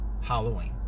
Halloween